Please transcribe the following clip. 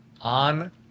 On